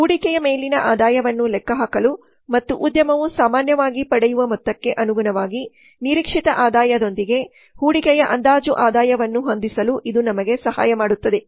ಹೂಡಿಕೆಯ ಮೇಲಿನ ಆದಾಯವನ್ನು ಲೆಕ್ಕಹಾಕಲು ಮತ್ತು ಉದ್ಯಮವು ಸಾಮಾನ್ಯವಾಗಿ ಪಡೆಯುವ ಮೊತ್ತಕ್ಕೆ ಅನುಗುಣವಾಗಿ ನಿರೀಕ್ಷಿತ ಆದಾಯದೊಂದಿಗೆ ಹೂಡಿಕೆಯ ಅಂದಾಜು ಆದಾಯವನ್ನು ಹೊಂದಿಸಲು ಇದು ನಮಗೆ ಸಹಾಯ ಮಾಡುತ್ತದೆ